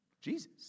Jesus